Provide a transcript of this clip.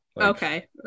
okay